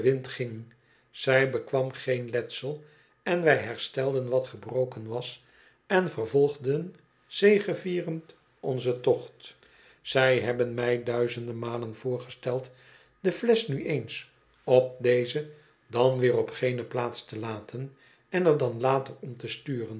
wind ging zij bekwam geen letsel en wij herstelden wat gebroken was en vervolgden zegevierend onzen tocht zij hebben mij duizenden malen voorgesteld de flesch nu eens op deze dan weer op gene plaats te laten en er dan later om te sturen